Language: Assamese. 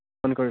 ফোন কৰিম